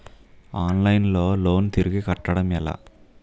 Online లో loan తిరిగి కట్టడం ఎలా?